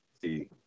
see